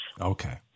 Okay